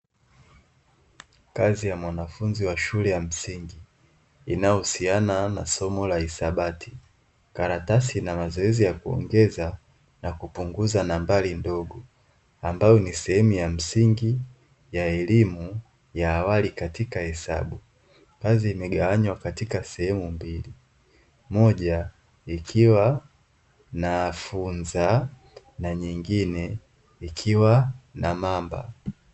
Kazi ya mwanafunzi wa shule ya msingi inayohusiana na somo la hisabati karatasi inamazoezi ya kuongeza na kupunguza nambari ndogo ambayo ni sehemu ya msingi ya awali kazi imegawanywa katika sehemu mbili moja ikiwa na funza na nyengine ikiwa na mamba.